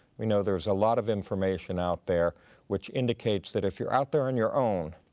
we know there's a lot of information out there which indicates that if you're out there on your own,